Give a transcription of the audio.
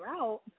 out